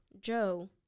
Joe